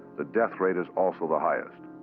the death rate is also the highest.